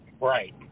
Right